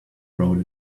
wrote